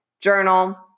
Journal